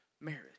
marriage